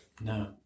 No